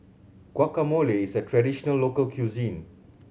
guacamole is a traditional local cuisine